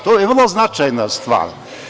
To je vrlo značajna stvar.